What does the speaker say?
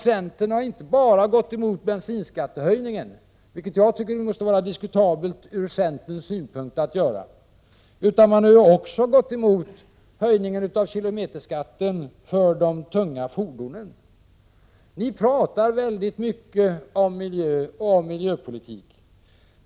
Centern har inte bara gått emot bensinskattehöjningen, vilket jag tycker det måste vara diskutabelt att göra från centerns synpunkt, utan har även gått emot en höjning av kilometerskatten för de tunga fordonen. Ni pratar väldigt mycket om miljöpolitik.